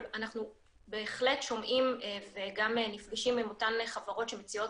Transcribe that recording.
אבל אנחנו בהחלט שומעים וגם נפגשים עם אותן חברות שמציעות